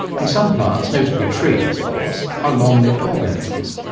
and some plants, notably trees of course, are long-lived organisms.